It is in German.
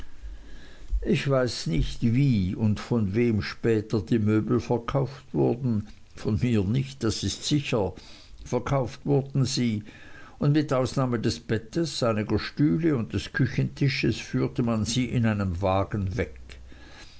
ich weiß nicht wie und von wem später die möbel verkauft wurden von mir nicht das ist sicher verkauft wurden sie und mit ausnahme des bettes einiger stühle und des küchentisches führte man sie in einem wagen weg